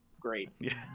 great